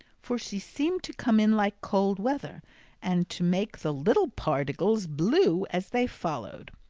for she seemed to come in like cold weather and to make the little pardiggles blue as they followed.